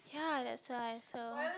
ya that's why so